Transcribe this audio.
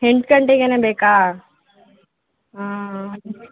ಎಂಟು ಗಂಟೆಗೆ ಬೇಕಾ ಹಾಂ